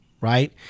right